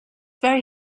very